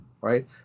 right